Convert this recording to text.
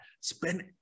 spend